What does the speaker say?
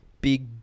Big